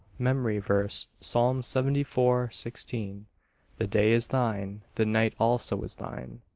memory verse, psalm seventy four sixteen the day is thine, the night also is thine